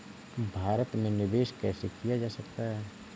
भारत में निवेश कैसे किया जा सकता है?